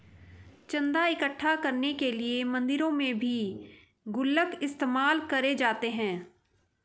चन्दा इकट्ठा करने के लिए मंदिरों में भी गुल्लक इस्तेमाल करे जाते हैं